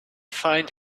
find